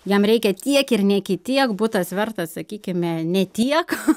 jam reikia tiek ir ne kitiek butas vertas sakykime ne tiek